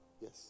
Yes